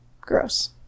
Gross